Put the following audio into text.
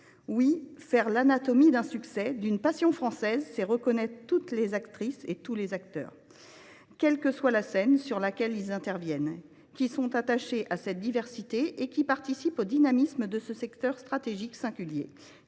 Oui, faire l’anatomie d’un succès, d’une passion française, c’est reconnaître toutes les actrices et tous les acteurs, quelle que soit la scène sur laquelle ils interviennent, qui sont attachés à cette diversité et qui participent au dynamisme de ce secteur stratégique, singulier,